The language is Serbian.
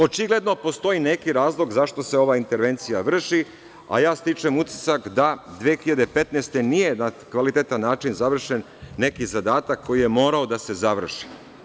Očigledno postoji neki razlog zašto se ova intervencija vrši, a ja stičem utisak da 2015. godine nije na kvalitetan način završen neki zadatak koji je morao da se završi.